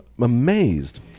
amazed